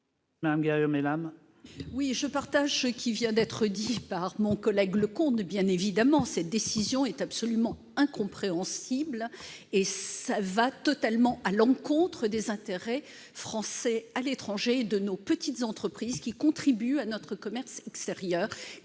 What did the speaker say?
de vote. Je partage ce qui vient d'être dit par mon collègue Leconte : bien évidemment, cet avis défavorable est absolument incompréhensible. Cela va totalement à l'encontre des intérêts français à l'étranger et de ceux de nos petites entreprises, qui contribuent à notre commerce extérieur